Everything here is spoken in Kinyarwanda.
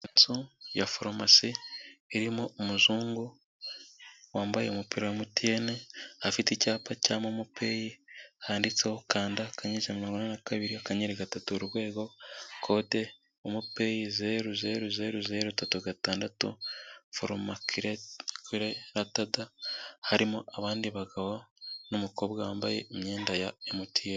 Inzu ya farumasi irimo umuzungu wambaye umupira wa Mtn afite icyapa cya momo pey handitseho kanda akanyenyeri ijana namirongo inane na kabiri akanyeri gatatu urwego kode momo pay zeru zeru gatatu gatandatu phalmacule Ltd, harimo abandi bagabo n' numukobwa wambaye imyenda ya Mtn.